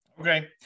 Okay